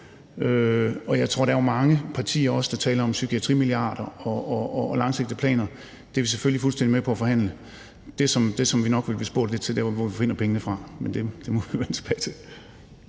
Jeg tror, der er mange partier, der taler om psykiatrimilliarder og langsigtede planer. Det er vi selvfølgelig fuldstændig med på at forhandle. Det, som vi nok vil blive spurgt lidt til, er, hvor vi finder pengene, men det må vi vende tilbage til.